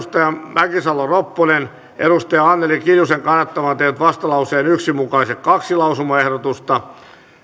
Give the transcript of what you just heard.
mäkisalo ropponen anneli kiljusen kannattamana tehnyt vastalauseen yksi mukaiset kaksi lausumaehdotusta